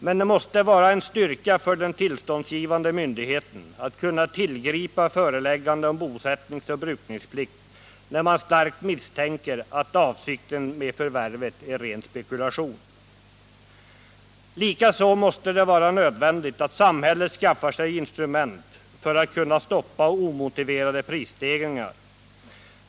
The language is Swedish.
Men det måste vara en styrka för den tillståndsgivande myndigheten att kunna tillgripa föreläggande om bosättningsoch brukningsplikt när man starkt misstänker att avsikten med förvärvet är ren spekulation. Likaså måste det vara nödvändigt att samhället skaffar sig instrument för att kunna stoppa omotiverade prisstegringar.